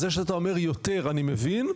זה שאתה אומר יותר אני מבין,